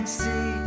see